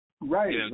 Right